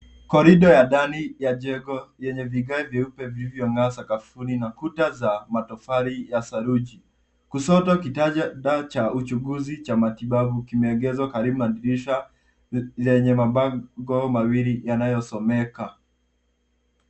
Korido ya ndani ya jengo yenye vigae vyeupe vilivyongaa sakafuni na kuta za matofali ya saruji. Kushoto kitanda cha uchunguzi cha matibabu kimeegezwa karibu na dirisha yenye mabango mawili yanayo someka.